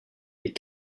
les